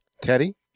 Teddy